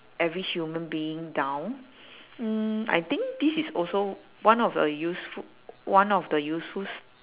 every human being down mm I think this is also one of a usefu~ one of the useful s~